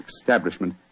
establishment